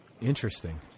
Interesting